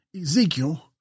Ezekiel